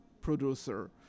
producer